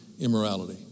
immorality